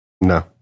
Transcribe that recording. No